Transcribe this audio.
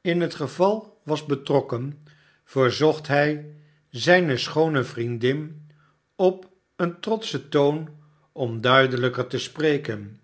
in het geval was betrokken verzocht hij zijne schoone vriendin op een trotschen toon om duidelijker te spreken